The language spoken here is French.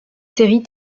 séries